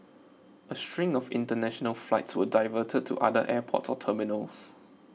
a string of international flights were diverted to other airports or terminals